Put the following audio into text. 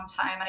time